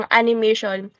animation